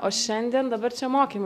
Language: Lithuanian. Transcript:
o šiandien dabar čia mokymai